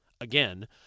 again